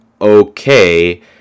okay